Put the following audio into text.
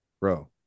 bro